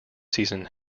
season